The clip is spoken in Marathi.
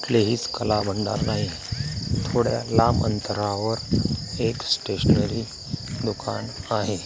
कुठलेही कलाभांडार नाही थोड्या लांब अंतरावर एक स्टेशनरी दुकान आहे